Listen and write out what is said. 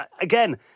again